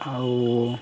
ଆଉ